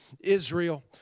Israel